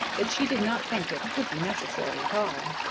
that she did not think it could be necessary at all.